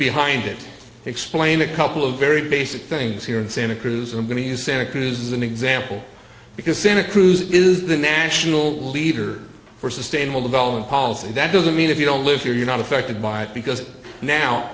behind it explain a couple of very basic things here in santa cruz i'm going to use santa cruz as an example because santa cruz is the national leader for sustainable development policy that doesn't mean if you don't live here you're not affected by it because now